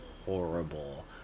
horrible